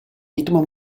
ritmo